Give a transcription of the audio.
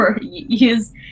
use